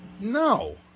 No